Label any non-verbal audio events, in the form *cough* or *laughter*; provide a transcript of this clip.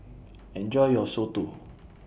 Enjoy your Soto *noise*